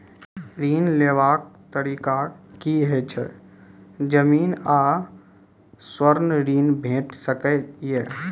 ऋण लेवाक तरीका की ऐछि? जमीन आ स्वर्ण ऋण भेट सकै ये?